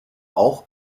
auch